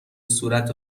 صورت